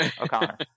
O'Connor